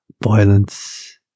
violence